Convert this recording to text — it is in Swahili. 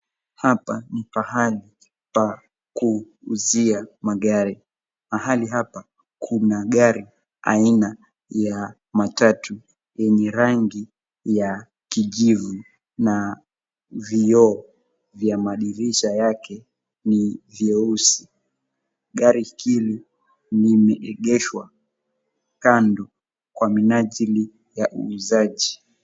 Hapa ni pahali pa kuuzia magari. Mahali hapa kuna gari aina ya matatu, yenye rangi ya kijivu na vioo vya madirisha yake ni vyeusi. Gari hili limeengeshwa kando kwa minajili ya uuzaji.